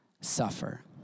suffer